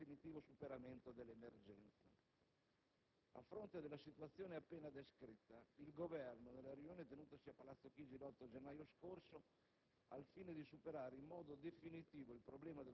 Passando ora alle azioni del Governo per il definitivo superamento dell'emergenza, a fronte della situazione appena descritta, l'Esecutivo, nella riunione tenutasi a palazzo Chigi l'8 gennaio scorso,